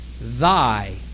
thy